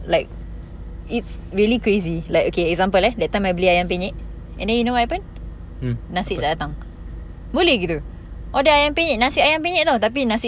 like it's really crazy like okay example leh that time I beli ayam penyet and then you know what happen nasi tak datang boleh gitu order ayam penyet nasi ayam penyet [tau] tapi nasi